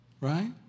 Right